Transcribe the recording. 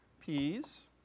peas